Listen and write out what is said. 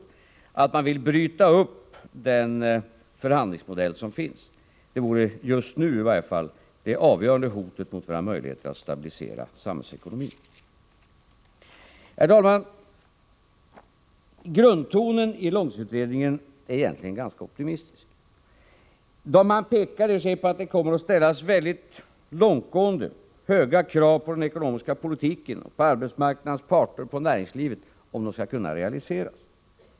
Vill man bryta upp den förhandlingsmodell som finns, så vore det just nu i varje fall det avgörande hotet mot våra möjligheter att stabilisera samhällsekonomin. Herr talman! Grundtonen i långtidsutredningen är egentligen ganska optimistisk. Man säger att det kommer att ställas väldigt långtgående, väldigt höga krav på den ekonomiska politiken, på arbetsmarknadens parter och på näringslivet, om målen skall kunna nås.